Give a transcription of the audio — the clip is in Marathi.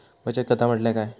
बचत खाता म्हटल्या काय?